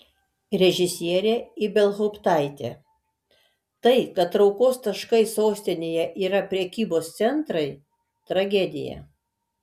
režisierė ibelhauptaitė tai kad traukos taškai sostinėje yra prekybos centrai tragedija